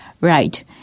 Right